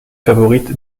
favorite